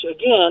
again